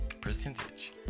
percentage